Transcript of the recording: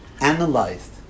analyzed